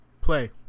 Play